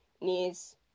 knees